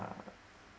uh